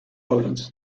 poland